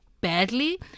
badly